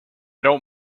don’t